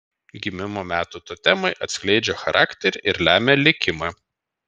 gimimo metų totemai atskleidžia charakterį ir lemia likimą